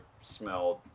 smelled